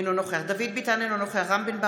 אינו נוכח דוד ביטן, אינו נוכח רם בן ברק,